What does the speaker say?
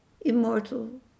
immortal